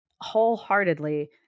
wholeheartedly